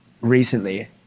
recently